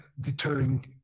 deterring